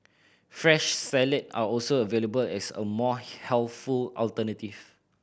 fresh salad are also available as a more healthful alternative